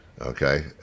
Okay